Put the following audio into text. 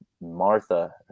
Martha